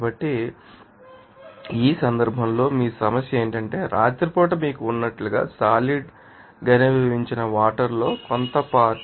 కాబట్టి ఈ సందర్భంలో మీ సమస్య ఏమిటంటే రాత్రిపూట మీకు ఉన్నట్లుగా సాలిడ్ గనిభవించిన వాటర్ లో కొంత పార్ట్